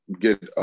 get